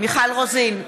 מיכל רוזין,